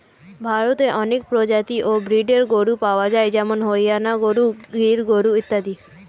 ভারতে অনেক প্রজাতি ও ব্রীডের গরু পাওয়া যায় যেমন হরিয়ানা গরু, গির গরু ইত্যাদি